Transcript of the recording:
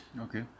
Okay